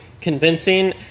convincing